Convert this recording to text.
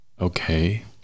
Okay